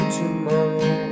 tomorrow